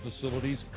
facilities